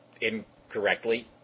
incorrectly